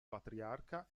patriarca